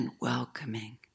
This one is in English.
welcoming